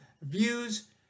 views